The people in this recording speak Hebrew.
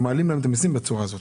אבל כן מעלים מיסים בצורה הזאת.